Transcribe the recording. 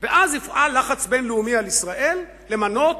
ואז הופעל לחץ בין-לאומי על ישראל למנות